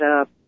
up